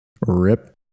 rip